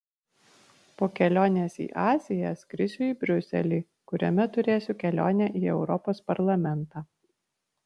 po kelionės į aziją skrisiu į briuselį kuriame turėsiu kelionę į europos parlamentą